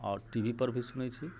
आओर TV पर भी सुनैत छी